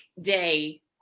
day